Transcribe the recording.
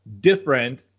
different